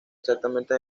exactamente